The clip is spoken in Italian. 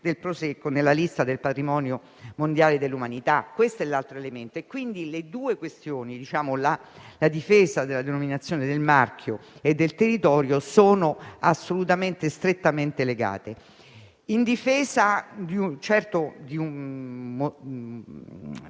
del Prosecco nella lista del patrimonio mondiale dell'umanità. Questo è l'altro elemento. Queste due questioni, la difesa della denominazione del marchio e quella del territorio, sono assolutamente e strettamente legate. Si tratta della